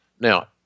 Now